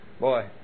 Boy